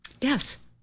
Yes